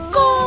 go